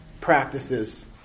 practices